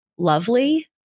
lovely